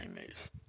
moves